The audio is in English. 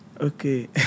Okay